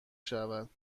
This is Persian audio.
شود